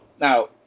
now